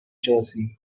jersey